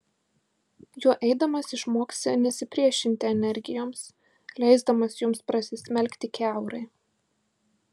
juo eidamas išmoksi nesipriešinti energijoms leisdamas joms prasismelkti kiaurai